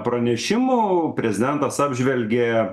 pranešimų prezidentas apžvelgė